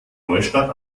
neustadt